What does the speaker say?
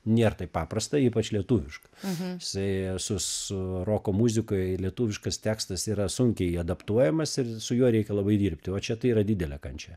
nėr taip paprasta ypač lietuvišką jisai su su roko muzikoje lietuviškas tekstas yra sunkiai adaptuojamas ir su juo reikia labai dirbti va čia tai yra didelė kančia